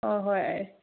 ꯍꯣ ꯍꯣꯏ